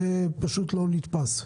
פשוט לא נתפס.